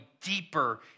deeper